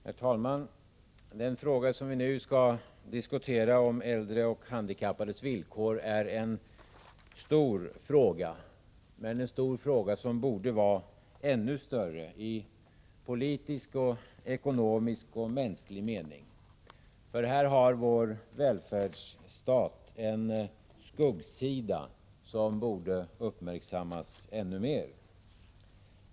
Herr talman! Den fråga som vi nu skall diskutera, äldres och handikappades villkor, är en stor fråga, men den borde vara ännu större i politisk, ekonomisk och mänsklig mening. Vår välfärdsstat har här en skuggsida som borde uppmärksammas ännu mer.